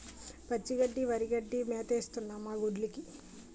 పచ్చి గడ్డి వరిగడ్డి మేతేస్తన్నం మాగొడ్డ్లుకి